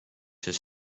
his